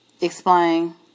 Explain